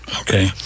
Okay